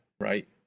right